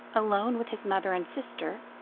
alone with his mother and sister,